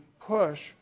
push